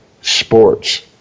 sports